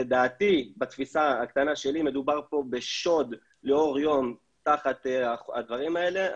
לדעתי בתפיסה הקטנה שלי מדובר פה בשוד לאור יום תחת הדברים האלה,